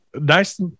nice